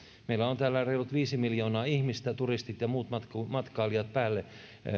meillä on täällä reilut viisi miljoonaa ihmistä turistit ja muut matkailijat päälle